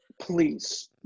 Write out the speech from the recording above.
please